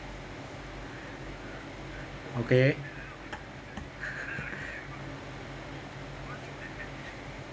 okay